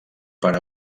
per